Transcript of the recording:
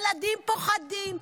ילדים פוחדים,